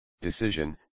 decision